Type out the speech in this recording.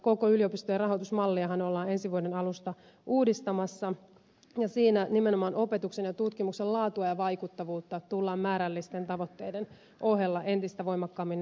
koko yliopistojen rahoitusmalliahan ollaan ensi vuoden alusta uudistamassa ja siinä nimenomaan opetuksen ja tutkimuksen laatua ja vaikuttavuutta tullaan määrällisten tavoitteiden ohella entistä voimakkaammin nostamaan esiin